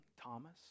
Thomas